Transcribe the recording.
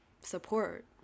support